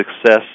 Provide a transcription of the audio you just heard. success